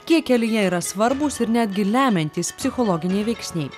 kiek kelyje yra svarbūs ir netgi lemiantys psichologiniai veiksniai